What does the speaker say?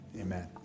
amen